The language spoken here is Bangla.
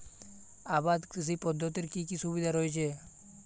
আবাদ কৃষি পদ্ধতির কি কি সুবিধা রয়েছে?